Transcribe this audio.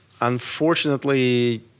Unfortunately